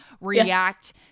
react